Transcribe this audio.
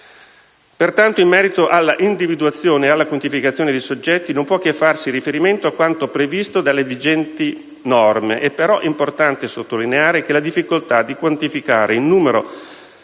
Pertanto, in merito all'individuazione e alla quantificazione dei soggetti, non può che farsi riferimento a quanto previsto dalle vigenti norme. È però importante sottolineare che la difficoltà di quantificare il numero